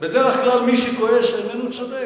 בדרך כלל, מי שכועס איננו צודק.